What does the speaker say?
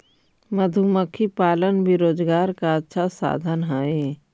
मधुमक्खी पालन भी रोजगार का अच्छा साधन हई